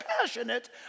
passionate